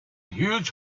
huge